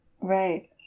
Right